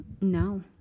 No